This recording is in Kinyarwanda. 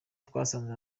twasanze